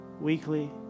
weekly